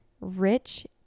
rich